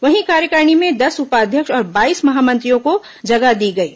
वहीं कार्यकारिणी में दस उपाध्यक्ष और बाईस महामंत्रियों को जगह दी गई है